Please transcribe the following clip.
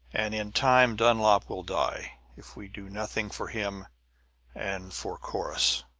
and in time dulnop will die, if we do nothing for him and for corrus!